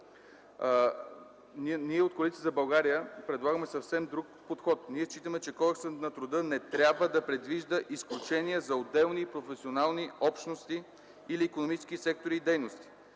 България предлагаме съвсем друг подход. Ние считаме, че Кодексът на труда не трябва да предвижда изключения за отделни професионални общности или икономически сектори и дейности.